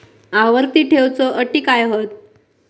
आवर्ती ठेव च्यो अटी काय हत?